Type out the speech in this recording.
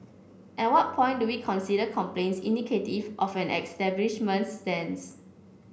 at what point do we consider complaints indicative of an establishment's stance